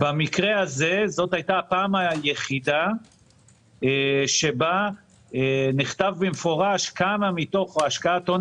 זו הייתה הפעם היחידה שבה נכתב במפורש כמה מתוך השקעת הון